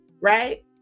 right